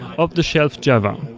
off-the-shelf java,